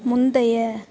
முந்தைய